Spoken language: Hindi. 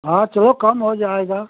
हाँ सो कम हो जाएगा